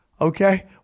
Okay